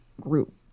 group